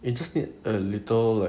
it's just need a little like